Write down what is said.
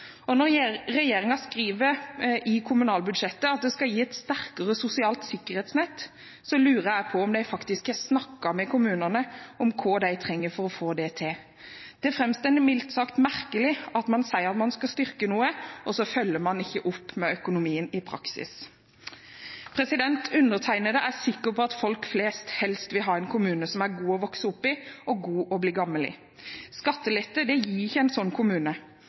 Og når regjeringen skriver i kommunalbudsjettet at det skal gi et sterkere sosialt sikkerhetsnett, lurer jeg på om de faktisk har snakket med kommunene om hva de trenger for å få det til. Det framstår mildt sagt merkelig at man sier at man skal styrke noe, og så følger man ikke opp med økonomien i praksis. Undertegnede er sikker på at folk flest helst vil ha en kommune som er god å vokse opp i og god å bli gammel i. Skattelette gir ikke en slik kommune.